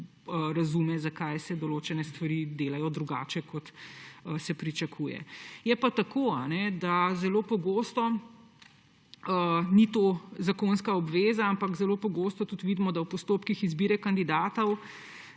razume, zakaj se določene stvari delajo drugače, kot se pričakuje. Je pa tako, da to sicer ni zakonska obveza, ampak zelo pogosto vidimo, da v postopkih izbire kandidatov